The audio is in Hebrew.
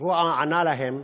והוא ענה להם: